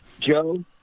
Joe